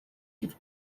you’ve